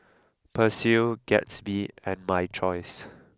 Persil Gatsby and my choice